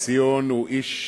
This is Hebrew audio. ציון הוא איש